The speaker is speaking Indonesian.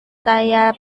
saya